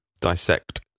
dissect